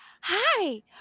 hi